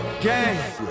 Gang